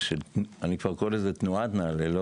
ערכי אני כבר קורא לזה תנועת נעל"ה ולא